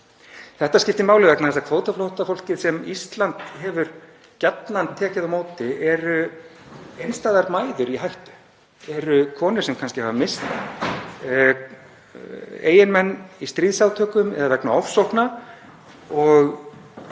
Þetta skiptir máli vegna þess að kvótaflóttafólkið sem Ísland hefur gjarnan tekið á móti eru einstæðar mæður í hættu, konur sem hafa kannski misst eiginmenn í stríðsátökum eða vegna ofsókna og